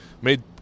made